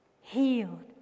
healed